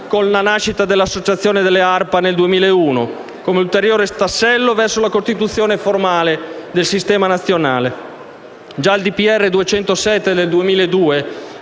con la nascita dell'Associazione delle ARPA nel 2001, come ulteriore tassello verso la costituzione formale del Sistema nazionale. Già il decreto del